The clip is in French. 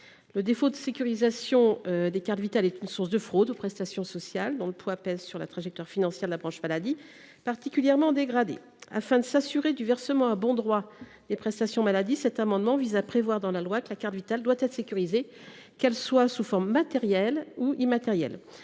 Le défaut de sécurisation des cartes Vitale est une source de fraude aux prestations sociales, dont le poids pèse sur la trajectoire financière de la branche maladie, particulièrement dégradée. Afin de garantir le versement à bon droit des prestations de l’assurance maladie, cet amendement vise à prévoir dans la loi que la carte Vitale doit être sécurisée, qu’elle soit matérielle ou immatérielle.